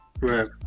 right